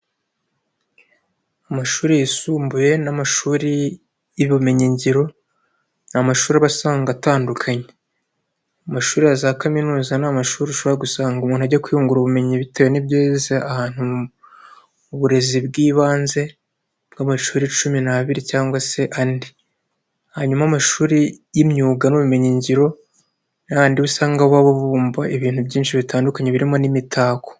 Amashuri yisumbuye n'amashuri y'ubumenyingiro ni amashuri uba usanga atandukanye, amashuri ya za kaminuza ni amashuri ushobora gusanga umuntu ajya kwiyungura ubumenyi bitewe n'ibyo yize ahantu uburezi bw'ibanze bw'amashuri cumi n'abiri cyangwa se andi, hanyuma amashuri y'imyuga n'ubumenyingiro ni yayandi uba usanga baba babumba ibintu byinshi bitandukanye birimo n'imitako.